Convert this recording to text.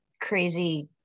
crazy